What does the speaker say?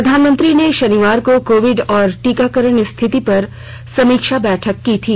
प्रधानमंत्री ने शनिवार को कोविड और टीकाकरण स्थिति पर समीक्षा बैठक की थी